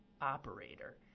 operator